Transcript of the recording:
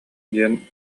диэн